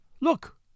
Look